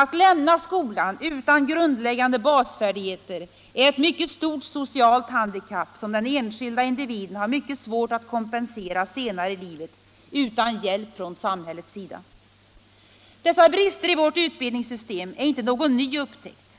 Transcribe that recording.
Att lämna skolan utan grundläggande basfärdigheter är ett mycket stort socialt handikapp som den enskilda individen har mycket svårt att kompensera senare i livet utan hjälp från samhällets sida. Dessa brister i vårt utbildningssystem är inte någon ny upptäckt.